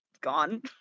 Gone